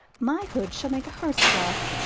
my hood shall make a hearse-cloth,